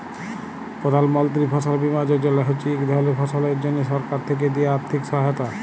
প্রধাল মলতিরি ফসল বীমা যজলা হছে ইক ধরলের ফসলের জ্যনহে সরকার থ্যাকে দিয়া আথ্থিক সহায়তা